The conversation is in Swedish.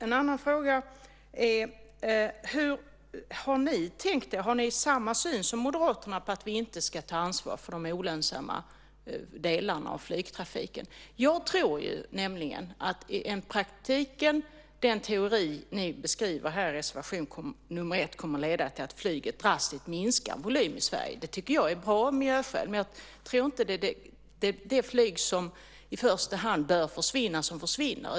En annan fråga är: Har ni samma syn som Moderaterna att vi inte ska ta ansvar för de olönsamma delarna av flygtrafiken? Jag tror nämligen att den teori ni beskriver i reservation 1 i praktiken kommer att leda till att flyget drastiskt minskar i volym i Sverige. Det tycker jag är bra av miljöskäl. Jag tror dock inte att det är det flyg som i första hand bör försvinna som försvinner.